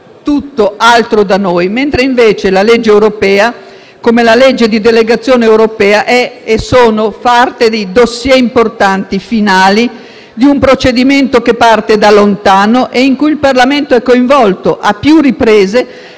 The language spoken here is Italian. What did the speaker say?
tutt'altro da noi. Invece la legge europea, come la legge di delegazione europea, sono parte di *dossier* importanti e finali di un procedimento che parte da lontano e in cui il Parlamento è coinvolto, a più riprese,